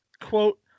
Quote